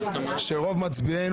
תנועה שרוב מצביעיה באים